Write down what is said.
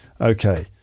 Okay